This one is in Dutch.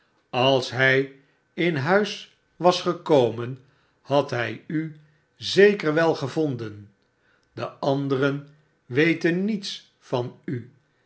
als hij in huis was gekomen had hij u zeker wel gevonden de anderen weten niets van u